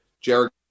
Jared